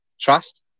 Trust